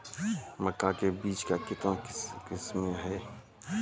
मक्का के बीज का कितने किसमें हैं?